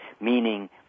meaning